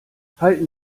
halten